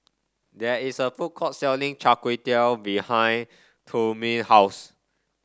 there is a food court selling Chai Tow Kway behind Trumaine house